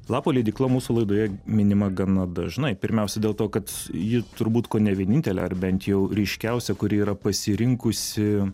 lapo leidykla mūsų laidoje minima gana dažnai pirmiausia dėl to kad ji turbūt kone vienintelė ar bent jau ryškiausia kuri yra pasirinkusi